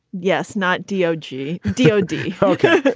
yes. not d o g d o d. ok,